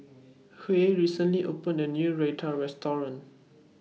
Huy recently opened A New Raita Restaurant